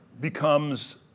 becomes